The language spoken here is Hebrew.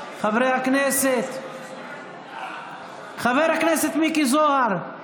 חברי הכנסת, חבר הכנסת מיקי זוהר,